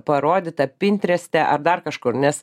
parodyta pintreste ar dar kažkur nes